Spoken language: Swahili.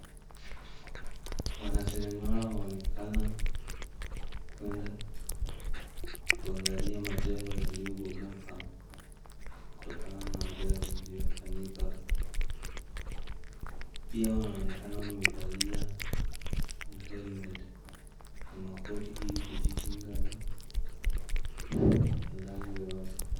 Wanaseremala waonekana kwenda kuangalia majengo yaliyobomoka kutokana na ajali iliyofanyika. Pia wanaonekana wamevalia ma helmet na makoti ili kujikinga na adhari yoyote.